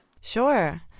Sure